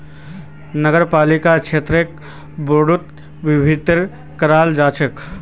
नगरपालिका क्षेत्रक वार्डोत विभक्त कराल जा छेक